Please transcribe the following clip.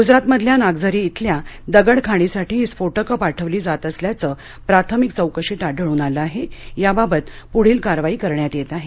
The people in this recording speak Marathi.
गुजरात मधल्या नागझरी जिल्या दगड खाणीसाठी ही स्फोटक पाठविली जात असल्याचं प्राथमिक चौकशीत आढळून आलं आहे याबाबत पुढील कारवाई करण्यात येत आहे